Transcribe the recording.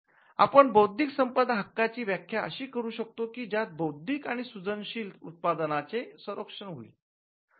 म्हणून आपण बौद्धिक संपदा हक्कांची व्याख्या अशी करू शकतो की ज्यात बौद्धिक आणि सृजनशील उत्पादनाचे संरक्षण होईल